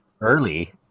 early